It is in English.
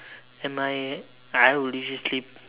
and my I will usually sleep